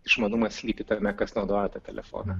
išmanumas slypi tame kas naudoja tą telefoną